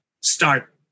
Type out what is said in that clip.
start